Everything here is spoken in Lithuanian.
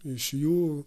iš jų